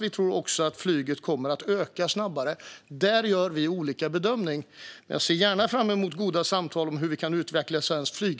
Vi tror också att flyget kommer att öka snabbare. Där gör vi olika bedömningar, men jag ser gärna fram emot goda samtal om hur vi kan utveckla svenskt flyg.